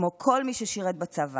כמו כל מי ששירת בצבא,